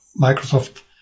Microsoft